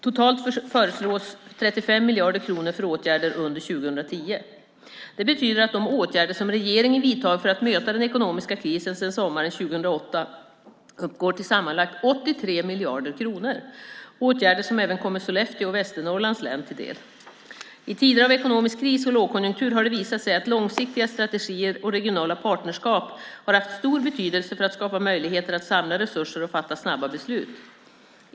Totalt föreslås 35 miljarder kronor för åtgärder under 2010. Det betyder att de åtgärder som regeringen vidtagit för att möta den ekonomiska krisen sedan sommaren 2008 uppgår till sammanlagt 83 miljarder kronor. Det är åtgärder som även kommer Sollefteå och Västernorrlands län till del. I tider av ekonomisk kris och lågkonjunktur har det visat sig att långsiktiga strategier och regionala partnerskap har haft stor betydelse för att skapa möjligheter att samla resurser och fatta snabba beslut.